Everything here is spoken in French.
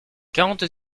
quarante